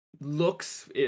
looks